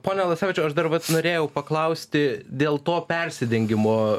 pone alasavičiau aš dar vat norėjau paklausti dėl to persidengimo